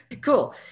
Cool